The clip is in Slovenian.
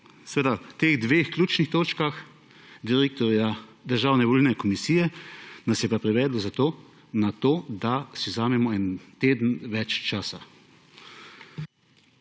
Seveda, po teh dveh ključnih točkah direktorja Državne volilne komisije nas je pa privedlo na to, da si vzamemo en teden več časa.